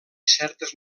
certes